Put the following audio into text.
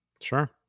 sure